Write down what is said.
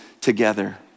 together